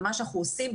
ומה שאנחנו עושים,